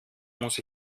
muss